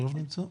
לעשיה כאן